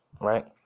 right